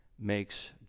makes